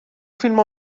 فیلم